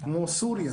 כמו סוריה.